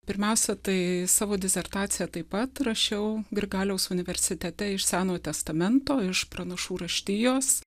pirmiausia tai savo disertaciją taip pat rašiau grigaliaus universitete iš senojo testamento iš pranašų raštijos